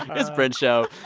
it's brent's show.